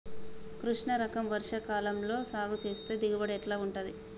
కృష్ణ రకం వర్ష కాలం లో సాగు చేస్తే దిగుబడి ఎట్లా ఉంటది?